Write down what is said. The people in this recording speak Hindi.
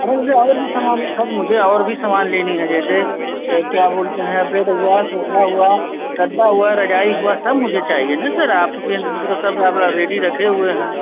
हाँ मुझे और भी सामान सर मुझे और भी सामान लेना है जैसे क्या बोलते हैं बेड हुआ सोफा हुआ गद्दा हुआ रजाई हुआ सब मुझे चाहिए ना सर आपके मतलब सब आप रेडी रखे हुए हैं